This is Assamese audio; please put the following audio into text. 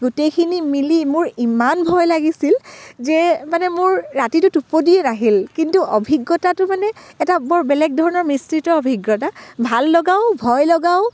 গোটেইখিনি মিলি মোৰ ইমান ভয় লাগিছিল যে মানে মোৰ ৰাতিতো টোপনিয়ে নাহিল কিন্তু অভিজ্ঞতাটো মানে এটা বৰ বেলেগ ধৰণৰ মিশ্ৰিত অভিজ্ঞতা ভাল লগাও ভয় লগাও